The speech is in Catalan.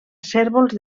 cérvols